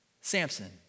Samson